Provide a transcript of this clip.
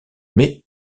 mais